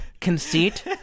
conceit